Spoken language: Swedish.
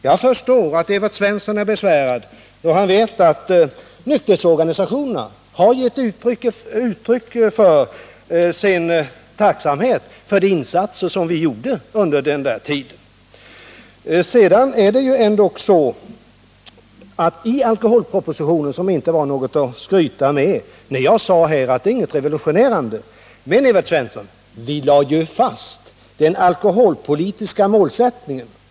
Jag förstår att Evert Svensson är besvärad då han vet att nykterhetsorganisationerna har gett uttryck för sin tacksamhet över de insatser vi gjorde under den här tiden. I alkoholpropositionen, som inte var något att skryta med —jag sade att den inte var något revolutionerande — lade vi, Evert Svensson, fast den alkoholpolitiska målsättningen.